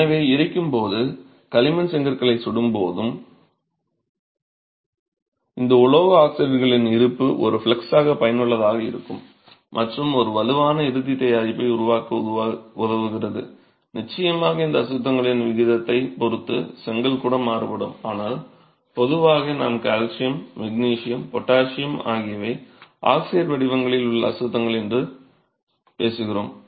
எனவே எரிக்கும்போது களிமண் செங்கற்களை சுடும்போது இந்த உலோக ஆக்சைடுகளின் இருப்பு ஒரு ஃப்ளக்ஸ் ஆக பயனுள்ளதாக இருக்கும் மற்றும் ஒரு வலுவான இறுதி தயாரிப்பை உருவாக்க உதவுகிறது நிச்சயமாக இந்த அசுத்தங்களின் விகிதத்தைப் பொறுத்து செங்கல் கூட மாறுபடும் ஆனால் பொதுவாக நாம் கால்சியம் மெக்னீசியம் பொட்டாசியம் ஆகியவை ஆக்சைடு வடிவங்களில் உள்ள அசுத்தங்கள் என்று பேசுகிறோம்